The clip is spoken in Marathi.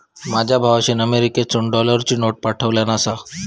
माझ्या भावाशीन अमेरिकेतसून डॉलरची नोट पाठवल्यान आसा